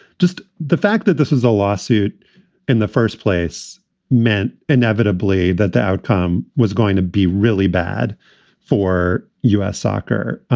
just the fact that this is a lawsuit in the first place meant, inevitably, that the outcome was going to be really bad for u s. soccer.